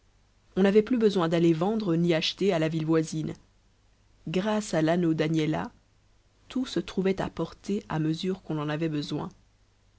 on n'avait plus besoin d'aller vendre ni acheter à la ville voisine grâce à l'anneau d'agnella tout se trouvait apporté à mesure qu'on en avait besoin